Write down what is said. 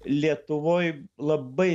lietuvoj labai